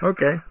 Okay